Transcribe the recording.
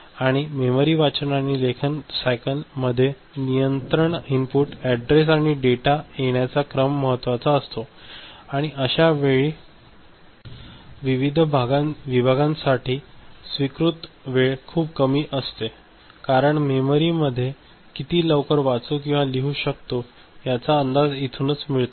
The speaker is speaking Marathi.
आणि मेमरी वाचन आणि लेखन सायकल मध्ये नियंत्रण इनपुट ऍडरेस आणि डेटा येण्याचा क्रम महत्त्वाचा असतो आणि अश्या विविध विभागांसाठी स्वीकृत वेळ खूप कमी असतो कारण मेमरी मध्ये किती लवकर वाचू किंवा लिहू शकतो याचा अंदाज इथूनच मिळतो